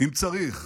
אם צריך,